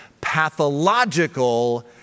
pathological